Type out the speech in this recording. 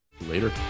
later